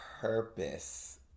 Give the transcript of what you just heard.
purpose